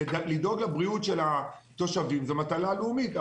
לדאוג לבריאות של התושבים זו מטלה לאומית.